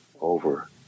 over